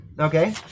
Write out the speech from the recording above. okay